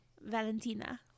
Valentina